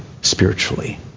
spiritually